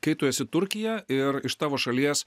kai tu esi turkija ir iš tavo šalies